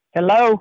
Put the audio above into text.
Hello